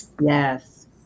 Yes